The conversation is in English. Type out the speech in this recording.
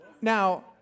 Now